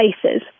places